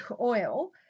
oil